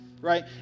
right